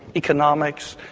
economics,